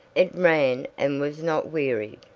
it ran and was not wearied,